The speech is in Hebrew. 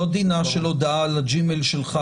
לא דינה של הודעה על הג'ימייל שלך,